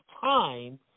time